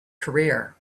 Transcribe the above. career